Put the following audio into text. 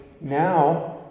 now